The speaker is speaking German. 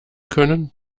können